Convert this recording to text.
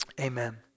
Amen